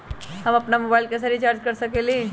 हम अपन मोबाइल कैसे रिचार्ज कर सकेली?